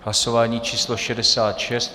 Hlasování číslo 66.